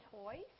toys